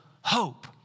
hope